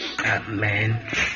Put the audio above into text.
amen